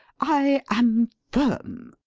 i am firm.